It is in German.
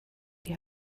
die